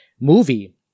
movie